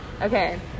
Okay